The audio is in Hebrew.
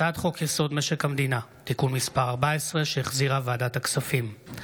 הצעת חוק-יסוד: משק המדינה (תיקון מס' 14) שהחזירה ועדת הכספים,